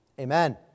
Amen